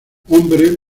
hombre